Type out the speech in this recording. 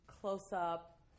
close-up